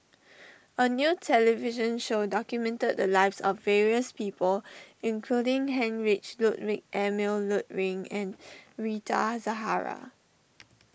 a new television show documented the lives of various people including Heinrich Ludwig Emil Luering and Rita Zahara